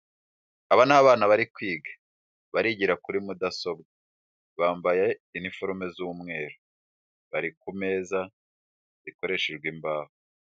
Aba ni abana bari kwiga barigira kuri mudasobwa. Bambaye iniforume z'umweru bari ku meza zikoreshejwe imbaho.